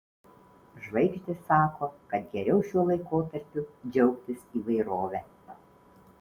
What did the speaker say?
žvaigždės sako kad geriau šiuo laikotarpiu džiaugtis įvairove